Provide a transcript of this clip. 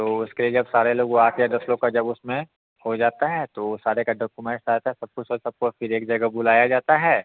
तो उसके लिए जब सारे लोग वह आते हैं दस लोग का जब उसमें हो जाता है तो सारे कस्टमर को सबको फिर एक जगह बुलाया जाता है